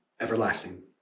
everlasting